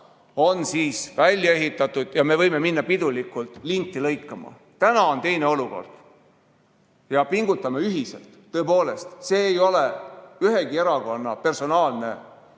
on siis välja ehitatud ja me võime minna pidulikult linti lõikama. Täna on teine olukord. Ja pingutame ühiselt! Tõepoolest, see ei ole ühegi erakonna personaalne